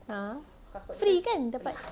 ah free kan dapat